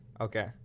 Okay